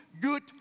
good